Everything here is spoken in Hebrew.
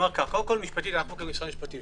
קודם כל, משפטית, כמשרד משפטים,